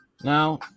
Now